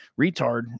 retard